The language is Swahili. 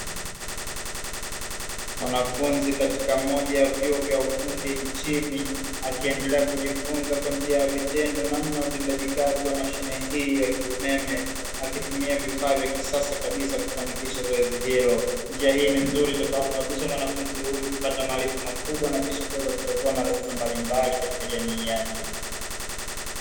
Mwanafunzi katika moja ya vyuo vya ufundi nchini akiendelea kujifunza kwa njia ya vitendo namna ya utendaji kazi wa mashine hii ya kiumeme, akitumia vifaa vya kisasa kabisa kufanikisha zoezi hilo. Njia hii ni nzuri itakayomuwezesha mwanafunzi huyu kupata maarifa makubwa na kisha kuweza kutatua matatizo mbalimbali katika jamii yake.